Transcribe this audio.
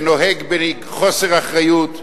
שנוהג בחוסר אחריות,